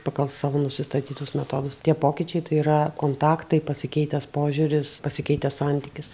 pagal savo nusistatytus metodus tie pokyčiai tai yra kontaktai pasikeitęs požiūris pasikeitęs santykis